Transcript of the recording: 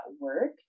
work